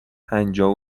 پنجاه